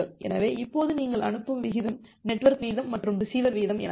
எனவே இப்போது நீங்கள் அனுப்பும் விகிதம் நெட்வொர்க் வீதம் மற்றும் ரிசீவர் வீதம் எனப்படும்